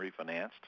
refinanced